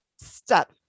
step